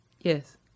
Yes